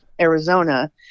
Arizona